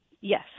Yes